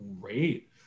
great